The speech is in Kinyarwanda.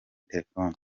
telefoni